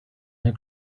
her